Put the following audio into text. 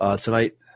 tonight